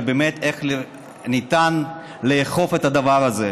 ובאמת איך ניתן לאכוף את הדבר הזה.